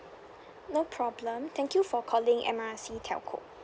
no problem thank you for calling M R C telco